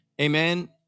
Amen